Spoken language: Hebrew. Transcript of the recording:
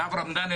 כי אברהם דני,